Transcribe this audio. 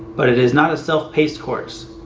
but it is not a self-paced course.